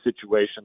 situation